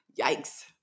Yikes